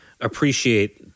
appreciate